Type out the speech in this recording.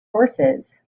horses